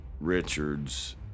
Richard's